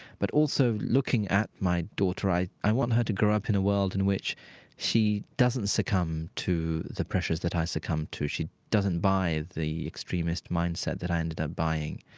but also looking at my daughter, i i want her to grow up in a world in which she doesn't succumb to the pressures that i succumbed to, she doesn't buy the extremist mind-set that i ended up buying.